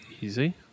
Easy